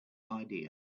idea